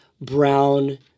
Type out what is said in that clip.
brown